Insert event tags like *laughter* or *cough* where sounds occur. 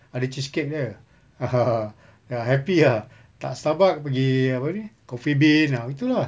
ada cheesecake dia *laughs* ah happy ah tak starbucks pergi apa ni coffee bean ah gitu lah